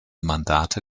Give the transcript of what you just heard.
mandate